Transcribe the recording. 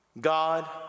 God